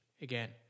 again